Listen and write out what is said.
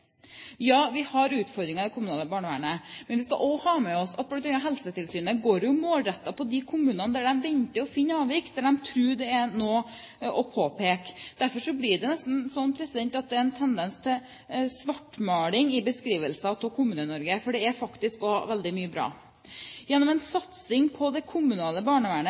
kommunale barnevernet, men vi skal også ta med oss at Helsetilsynet går målrettet på de kommunene der de venter å finne avvik, der de tror at det er noe å påpeke. Derfor blir det nesten en tendens til svartmaling i beskrivelsen av Kommune-Norge, for det er faktisk også veldig mye bra. Gjennom en satsing på det kommunale barnevernet